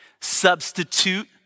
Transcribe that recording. Substitute